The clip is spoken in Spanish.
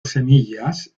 semillas